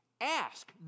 ask